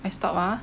I stop ah